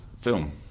film